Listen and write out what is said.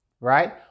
right